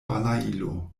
balailo